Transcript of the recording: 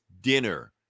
dinner